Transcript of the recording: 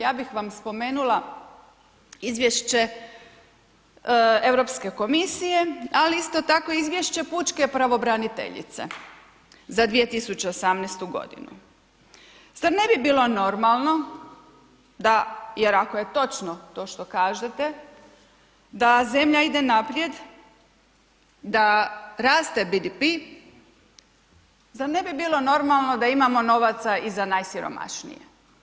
Ja bih vam spomenula izvješće Europske komisije, ali isto tako i izvješće pučke pravobraniteljice za 2018.g. Zar ne bi bilo normalno da, jer ako je točno to što kažete, da zemlja ide naprijed, da raste BDP, zar ne bi bilo normalno da imamo novaca i za najsiromašnije?